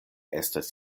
estas